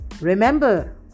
Remember